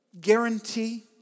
guarantee